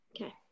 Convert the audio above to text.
okay